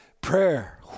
prayer